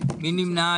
מי נמנע?